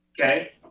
Okay